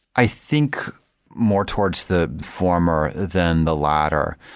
i think more towards the former than the latter.